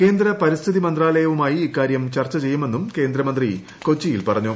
കേന്ദ്ര പരിസ്ഥിതി മന്ത്രാലയവുമായി ഇക്കാര്യം ചർച്ച ചെയ്യുമെന്നും കേന്ദ്രമന്ത്രി കൊച്ചിയിൽ പറഞ്ഞു